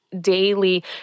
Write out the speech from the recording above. daily